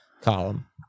column